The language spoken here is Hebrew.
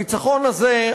הניצחון הזה,